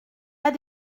pas